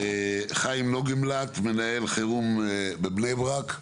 חיים נוגלבלט, מנהל חירום בבני ברק.